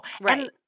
Right